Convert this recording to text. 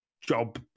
job